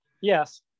Yes